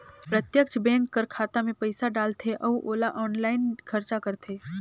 प्रत्यक्छ बेंक कर खाता में पइसा डालथे अउ ओला आनलाईन खरचा करथे